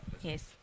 Yes